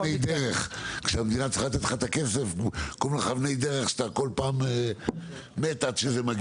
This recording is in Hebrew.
זה נקרא אבני דרך, שאתה כל פעם מת עד שזה מגיע.